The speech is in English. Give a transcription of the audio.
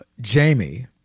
jamie